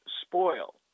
spoil